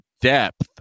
depth